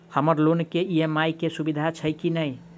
हम्मर लोन केँ ई.एम.आई केँ सुविधा छैय की नै?